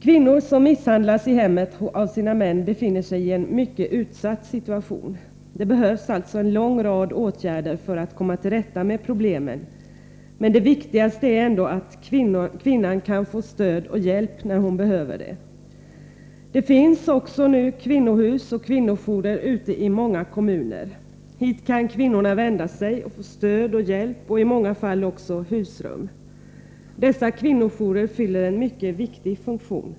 Kvinnor som misshandlas i hemmet av sina män befinner sig i en mycket utsatt situation. Det behövs alltså en lång rad åtgärder för att komma till rätta med problemen. Men det viktigaste är ändå att kvinnan kan få stöd och hjälp när hon behöver det. Det finns nu kvinnohus och kvinnojourer i många kommuner. Dit kan kvinnorna vända sig och få stöd och hjälp och i många fall också husrum. Dessa kvinnojourer fyller en mycket viktig funktion.